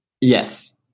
Yes